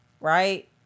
right